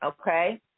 okay